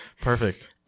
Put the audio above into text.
Perfect